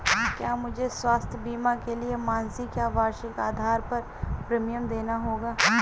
क्या मुझे स्वास्थ्य बीमा के लिए मासिक या वार्षिक आधार पर प्रीमियम देना होगा?